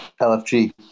LFG